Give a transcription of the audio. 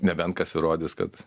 nebent kas įrodys kad